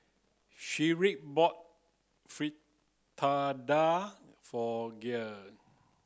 Shedrick bought Fritada for Gil